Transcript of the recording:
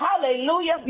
Hallelujah